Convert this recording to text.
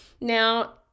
Now